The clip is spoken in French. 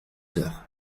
heures